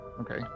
Okay